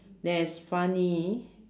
that is funny